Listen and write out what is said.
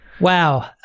Wow